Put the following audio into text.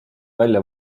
välja